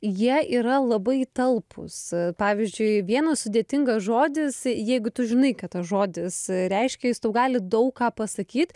jie yra labai talpūs pavyzdžiui vienas sudėtingas žodis jeigu tu žinai ką tas žodis reiškia jis tau gali daug ką pasakyt